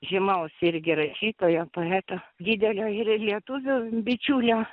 žymaus irgi rašytojo poeto didelio ir lietuvių bičiulio